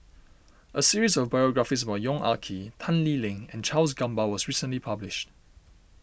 a series of biographies about Yong Ah Kee Tan Lee Leng and Charles Gamba was recently published